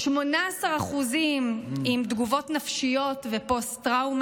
18% עם תגובות נפשיות ופוסט-טראומה.